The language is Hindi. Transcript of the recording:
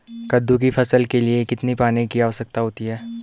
कद्दू की फसल के लिए कितने पानी की आवश्यकता होती है?